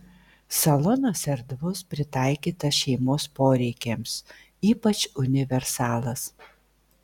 salonas erdvus pritaikytas šeimos poreikiams ypač universalas